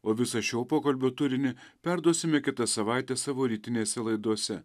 o visą šio pokalbio turinį perduosime kitą savaitę savo rytinėse laidose